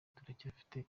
turacyafite